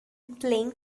playing